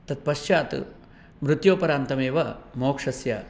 तत्पश्चात् मृत्योपरान्तमेव मोक्षस्य